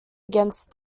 against